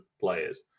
players